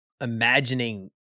imagining